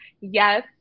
yes